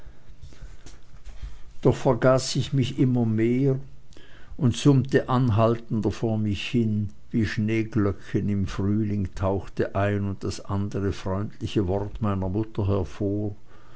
doch vergaß ich mich immer mehr und summte anhaltender vor mich hin wie schneeglöckchen im frühjahr tauchte ein und das andere freundliche wort meiner mutter hervor